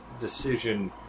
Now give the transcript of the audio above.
decision